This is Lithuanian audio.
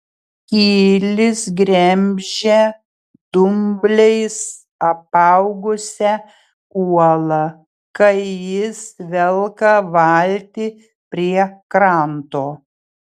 kilis gremžia dumbliais apaugusią uolą kai jis velka valtį prie kranto